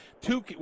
two